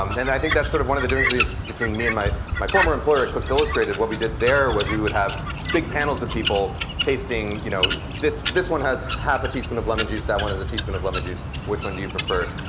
um and i think that's sort of one of the differences between me and my my former employer at cooks illustrated. what we did there was we would have big panels of people tasting you know this this one has a half a teaspoon of lemon juice, that one has a teaspoon of lemon juice, which one do you prefer?